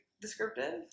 descriptive